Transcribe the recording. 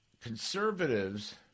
conservatives